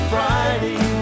Friday